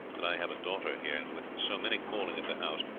that i have a daughter here and with so many calling at the house,